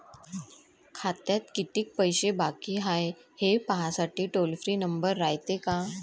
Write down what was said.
खात्यात कितीक पैसे बाकी हाय, हे पाहासाठी टोल फ्री नंबर रायते का?